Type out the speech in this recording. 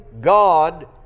God